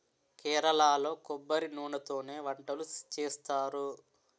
కేరళలో కొబ్బరి నూనెతోనే వంటలు చేస్తారు